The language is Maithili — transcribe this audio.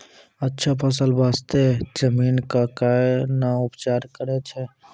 अच्छा फसल बास्ते जमीन कऽ कै ना उपचार करैय छै